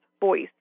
voice